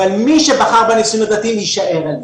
אבל מי שבחר בנישואים הדתיים יישאר שם.